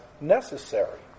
necessary